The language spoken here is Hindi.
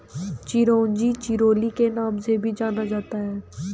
चिरोंजी चिरोली के नाम से भी जाना जाता है